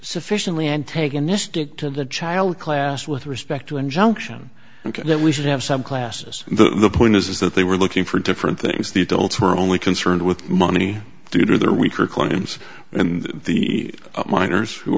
sufficiently antagonistic to the child class with respect to injunction and that we should have some classes the point is that they were looking for different things the adults were only concerned with money due to their weaker clintons and the minors who